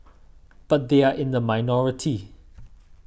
but they are in the minority